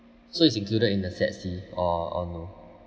so it's included in the set C or or no